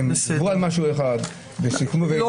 הם דיברו על משהו אחד,